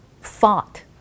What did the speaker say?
fought